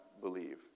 believe